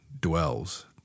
dwells